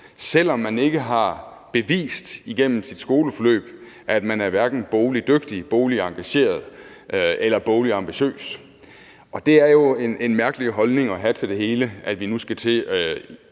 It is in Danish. selv om man ikke har bevist igennem sit skoleforløb, at man er bogligt dygtig, bogligt engageret eller bogligt ambitiøs. Det er jo en mærkelig holdning at have til det hele. Jeg tror,